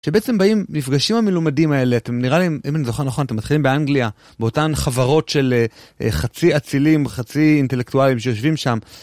שבעצם באים... נפגשים המלומדים האלה, נראה לי אם אני זוכר נכון אתם מתחילים באנגליה באותן חברות של חצי אצילים, חצי אינטלקטואלים שיושבים שם.